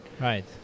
Right